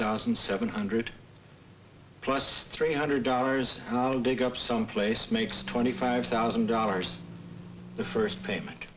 thousand seven hundred plus three hundred dollars to dig up some place makes twenty five thousand dollars the first payment